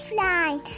line